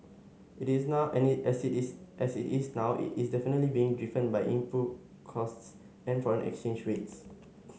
it is now any is now is definitely being driven by input costs and foreign exchange rates